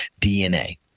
DNA